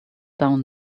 down